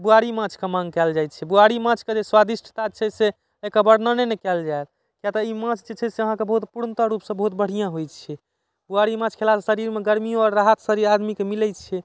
बुआरी माछके माँग कयल जाइ छै बुआरी माछके जे स्वादिष्टता छै से अइके वर्णने नहि कयल जाय किएक तऽ ई माछ जे छै से अहाँके बहुत पूर्णतः रूपसँ बहुत बढ़िआँ होइ छै बुआरी माछ खेलासँ शरीरमे गरमियो आओर राहत शरीर आदमीके मिलै छै